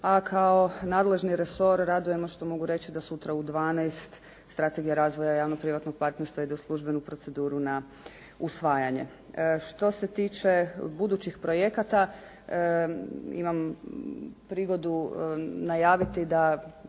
a kao nadležni resor raduje me što mogu reći da sutra u 12 strategija razvoja javno-privatnog partnerstva ide u službenu proceduru na usvajanje. Što se tiče budućih projekata imam prigodu najaviti da